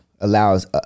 allows